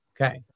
Okay